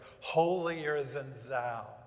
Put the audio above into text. holier-than-thou